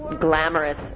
glamorous